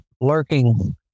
lurking